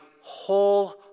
whole